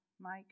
Mike